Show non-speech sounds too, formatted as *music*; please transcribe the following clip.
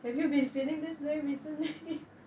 have you been feeling this very recently *laughs*